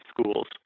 schools